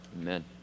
Amen